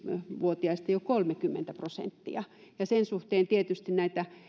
vuotiaista jo kolmekymmentä prosenttia joten sen suhteen tietysti näitä